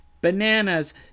bananas